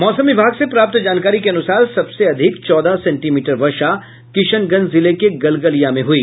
मौसम विभाग से प्राप्त जानकारी के अनुसार सबसे अधिक चौदह सेंटीमीटर वर्षा किशनगंज जिले के गलगलिया में हुई